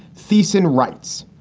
thiessen writes,